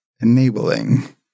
enabling